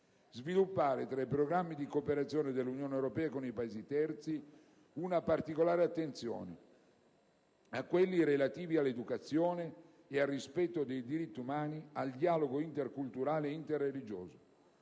sviluppare tra i programmi di cooperazione dell'Unione europea con i Paesi terzi una particolare attenzione a quelli relativi all'educazione, al rispetto dei diritti umani e al dialogo interculturale e interreligioso;